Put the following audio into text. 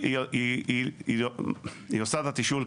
היא עושה את התשאול,